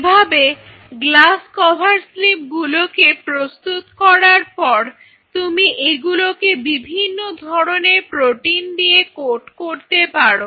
এভাবে glass cover slip গুলোকে প্রস্তুত করার পর তুমি এগুলোকে বিভিন্ন ধরনের প্রোটিন দিয়ে কোট করতে পারো